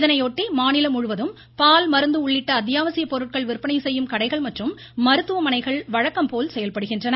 இதனையொட்டி மாநிலம் முழுவதும் பால் மருந்து உள்ளிட்ட அத்தியாவசிய பொருட்கள் விற்பனை செய்யும் கடைகள் மற்றும் மருத்துவமனைகள் வழக்கம்போல் செயல்படுகின்றன